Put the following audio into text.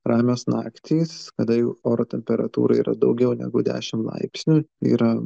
ramios naktys kada jau oro temperatūra yra daugiau negu dešim laipsnių yra